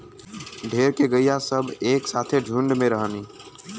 ढेर के गइया सब एक साथे झुण्ड में रहलीन